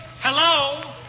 Hello